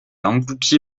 englouti